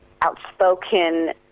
outspoken